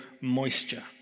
moisture